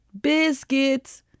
biscuits